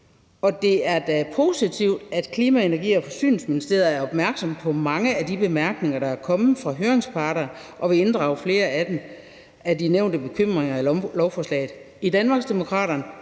Det er da positivt, at Klima-, Energi- og Forsyningsministeriet er opmærksomt på mange af de bemærkninger, der er kommet fra høringsparter, og vil inddrage flere af de nævnte bekymringer i lovforslaget. I Danmarksdemokraterne